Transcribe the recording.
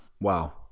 wow